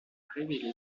révélé